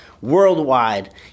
worldwide